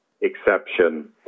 exception